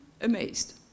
amazed